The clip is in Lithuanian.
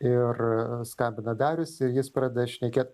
ir skambina darius ir jis pradeda šnekėt